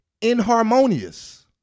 inharmonious